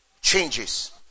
changes